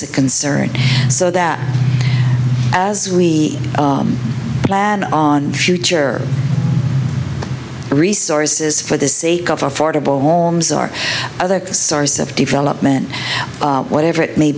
this a concern so that as we plan on future resources for the sake of affordable homes are other source of development whatever it may